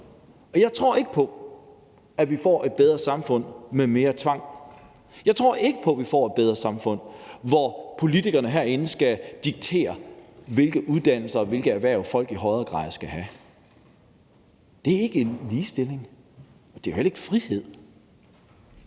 Jeg tror ikke på, at vi får et bedre samfund med mere tvang. Jeg tror ikke på, at vi får et bedre samfund, hvis politikerne herinde skal diktere, hvilke uddannelser og hvilke erhverv folk i højere grad skal have. Det er ikke ligestilling, og det er jo heller ikke frihed.